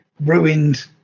ruined